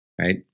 right